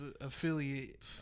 affiliate